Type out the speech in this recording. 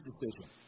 decision